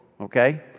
okay